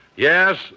Yes